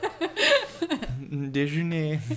Déjeuner